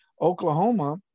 Oklahoma